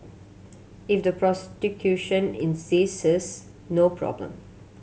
if the prosecution insists no problem